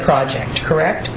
project correct